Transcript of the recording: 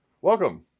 Welcome